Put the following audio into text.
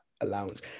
allowance